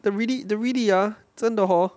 the really really ah 真的 hor